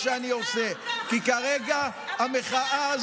להשתמש בסרבנות ככלי פוליטי הוא מסגור חמור.